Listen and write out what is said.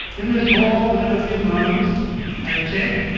in this hall within a few moments a czech,